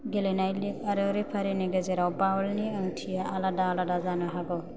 गेलेनाय लिग आरो रेफारिनि गेजेराव बाउलनि ओंथिया आलादा आलादा जानो हागौ